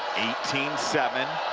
eighteen seven,